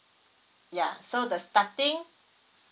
yeah so the starting